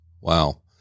Wow